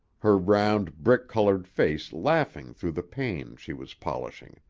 her round, brick-colored face laughing through the pane she was polishing.